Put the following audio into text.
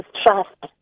trust